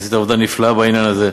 ועשית עבודה נפלאה בעניין הזה,